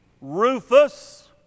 Rufus